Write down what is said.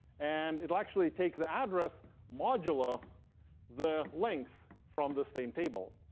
and it'll actually take the address modulo the length from the same table.